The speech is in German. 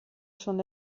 schon